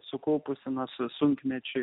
sukaupusi nuo su sunkmečiu